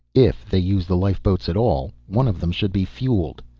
if they used the lifeboats at all, one of them should be fueled.